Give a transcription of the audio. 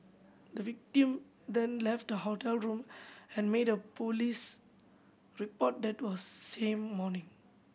the victim then left the hotel room and made a police report that was same morning